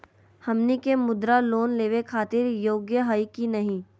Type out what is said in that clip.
हमनी के मुद्रा लोन लेवे खातीर योग्य हई की नही?